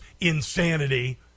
insanity